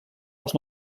als